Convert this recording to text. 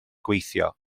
gweithio